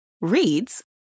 Reads